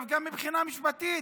גם מבחינה משפטית,